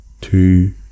two